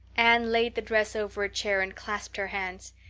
anne laid the dress over a chair and clasped her hands.